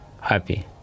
Happy